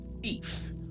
beef